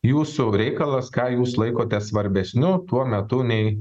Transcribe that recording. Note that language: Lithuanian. jūsų reikalas ką jūs laikote svarbesniu tuo metu nei